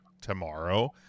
tomorrow